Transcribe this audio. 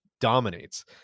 dominates